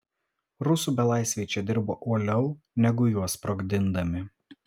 rusų belaisviai čia dirbo uoliau negu juos sprogdindami